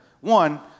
One